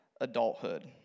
adulthood